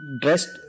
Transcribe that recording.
dressed